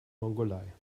mongolei